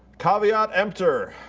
caveat emptor.